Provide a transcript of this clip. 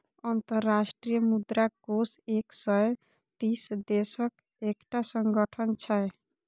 अंतर्राष्ट्रीय मुद्रा कोष एक सय तीस देशक एकटा संगठन छै